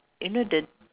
you know the